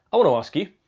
i want to ask you,